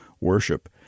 worship